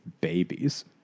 babies